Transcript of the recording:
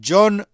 John